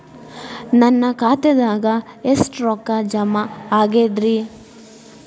ನನ್ನ ಖಾತೆದಾಗ ಎಷ್ಟ ರೊಕ್ಕಾ ಜಮಾ ಆಗೇದ್ರಿ?